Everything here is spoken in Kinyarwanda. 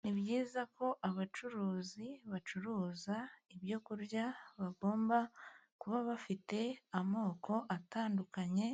Ni byiza ko abacuruzi bacuruza ibyo kurya bagomba kuba bafite amoko atandukanye ,